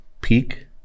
peak